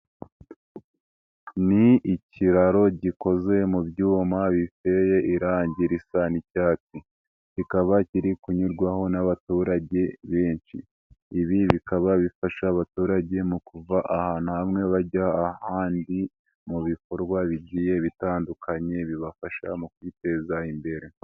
Ni ikiraro gikoze mu byuma biteye irangi risa n'icyatsi. Kikaba kiri kunyurwaho n'abaturage benshi. Ibi bikaba bifasha abaturage mu kuva ahantu hamwe bajya ahandi mu bikorwa bigiye bitandukanye bibafasha mu kwiteza imbere.